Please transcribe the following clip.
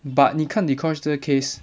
but 你看 dee kosh 这个 case